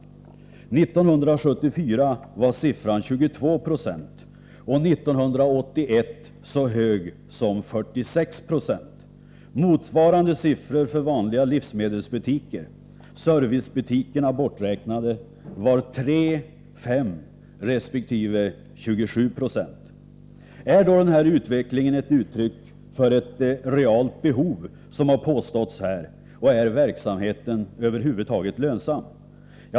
1974 var siffran 2296 och 1981 så hög som 4690. Motsvarande siffror för vanliga livsmedelsbutiker, servicebutikerna borträknade, var 3 resp. 5 och 27 96. Är denna utveckling ett uttryck för ett realt behov, som har påståtts här, och är verksamheten över huvud taget lönsam?